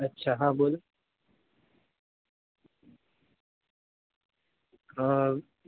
અચ્છા હા બોલો